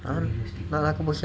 !huh! 那个不是